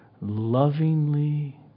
lovingly